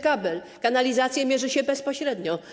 Kanalizację mierzy się bezpośrednio.